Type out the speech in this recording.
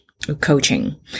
Coaching